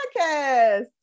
podcast